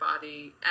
body